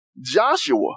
Joshua